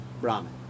Brahman